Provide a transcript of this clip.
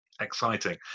exciting